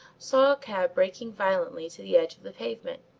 saw a cab breaking violently to the edge of the pavement.